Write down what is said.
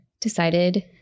decided